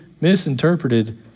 misinterpreted